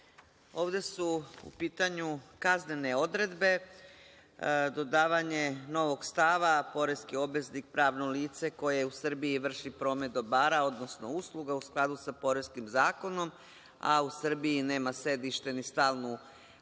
Ovde su u pitanju kaznene odredbe, dodavanje novog stava – poreski obveznik pravno lice koje u Srbiji vrši promet dobara odnosno usluga u skladu sa Poreskim zakonom, a u Srbiji nema sedište ni stalnu poslovnu